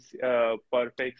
perfect